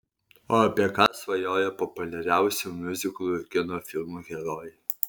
o apie ką svajoja populiariausių miuziklų ir kino filmų herojai